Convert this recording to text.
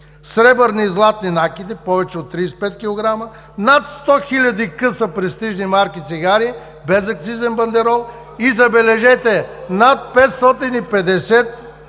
сребърни и златни накити, повече от 35 кг., над 100 хиляди къса престижни марки цигари без акцизен бандерол и, забележете, над 550